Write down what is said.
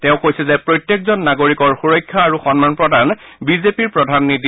তেওঁ কৈছে যে প্ৰত্যেকজন নাগৰিকৰ সুৰক্ষা আৰু সন্মান প্ৰদান বিজেপিৰ প্ৰধান নীতি